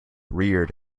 reared